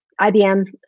IBM